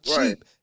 cheap